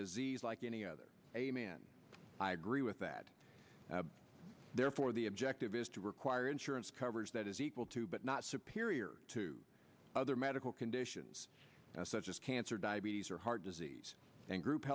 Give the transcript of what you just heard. disease like any other a man i agree with that therefore the objective is to require insurance coverage that is equal to but not superior to other medical conditions such as cancer diabetes or heart disease and group